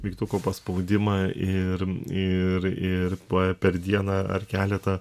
mygtuko paspaudimą ir ir ir pa per dieną ar keletą